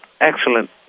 excellent